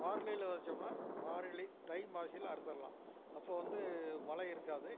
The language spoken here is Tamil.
மார்கழியில் வைச்சோம்னா மார்கழி தை மாசியில் அறுத்துர்லாம் அப்போது வந்து மழை இருக்காது